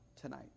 tonight